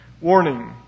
Warning